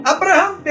Abraham